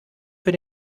für